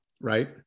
right